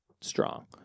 strong